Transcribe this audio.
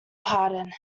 pardon